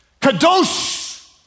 kadosh